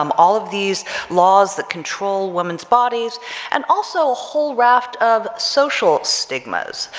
um all of these laws that control women's bodies and also whole raft of social stigmas.